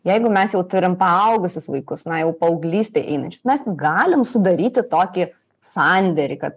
jeigu mes jau turim paaugusius vaikus na jau paauglystėj einančius mes galim sudaryti tokį sandėrį kad